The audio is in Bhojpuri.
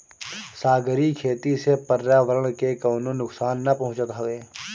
सागरी खेती से पर्यावरण के कवनो नुकसान ना पहुँचत हवे